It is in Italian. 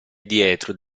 dietro